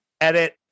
Edit